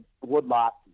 woodlot